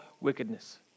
wickedness